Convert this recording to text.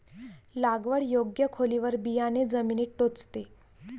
लागवड योग्य खोलीवर बियाणे जमिनीत टोचते